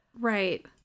Right